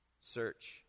search